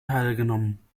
teilgenommen